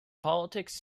politics